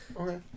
Okay